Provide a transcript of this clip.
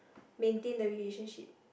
martian the relationship